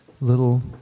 little